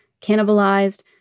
cannibalized